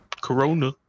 Corona